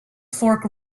fork